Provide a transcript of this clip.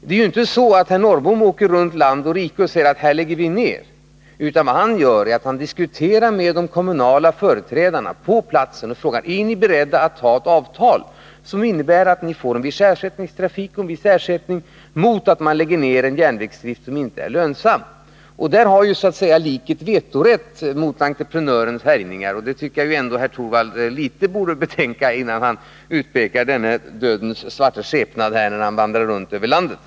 Det är inte så, att herr Norrbom åker land och rike runt och säger att här lägger vi ner, utan vad han gör är att han diskuterar med de kommunala företrädarna på platsen och frågar: Är ni beredda att träffa ett avtal som innebär att ni får en viss ersättningstrafik mot att man lägger ner en järnvägsdrift som inte är lönsam? Där har ju liket så att säga vetorätt mot entreprenörens härjningar. Det tycker jag herr Torwald borde betänka litet, innan han utpekar denna dödens svarta skepnad som vandrar runt i landet.